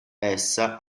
essa